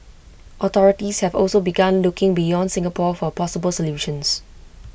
authorities have also begun looking beyond Singapore for possible solutions